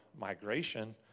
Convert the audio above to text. migration